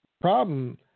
Problem